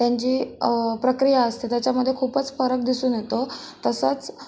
त्यांची प्रक्रिया असते त्याच्यामध्ये खूपच फरक दिसून येतो तसंच